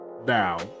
now